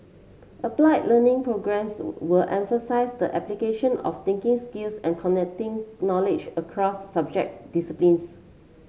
applied Learning programmes will emphasise the application of thinking skills and connecting knowledge across subject disciplines